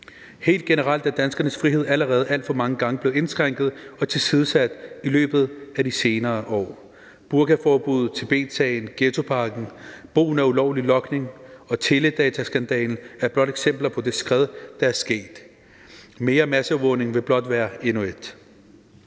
Helt generelt er danskernes frihed allerede alt for mange gange blevet indskrænket og tilsidesat i løbet af de senere år. Burkaforbuddet, Tibetsagen, ghettopakken, brugen af ulovlig logning og teledataskandalen er blot eksempler på det skred, der er sket. Mere masseovervågning vil blot være endnu et.